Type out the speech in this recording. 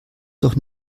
doch